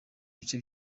bice